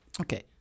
Okay